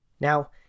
Now